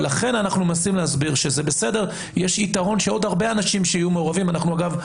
ולכן אנחנו מנסים להסביר שיש יתרון שעוד הרבה אנשים יהיו מעורבים אגב,